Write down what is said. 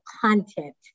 content